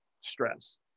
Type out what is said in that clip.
stress